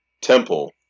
Temple